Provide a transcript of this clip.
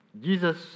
Jesus